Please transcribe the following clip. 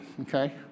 okay